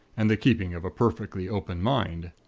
and the keeping of a perfectly open mind.